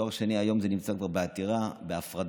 תואר שני היום נמצא כבר בעתירה להפרדה.